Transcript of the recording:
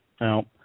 Now